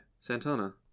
santana